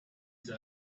will